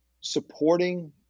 supporting